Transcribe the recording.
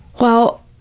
well,